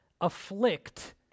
afflict